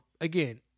Again